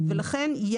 לכן,